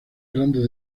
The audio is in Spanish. grandes